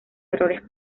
errores